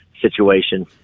situation